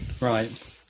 right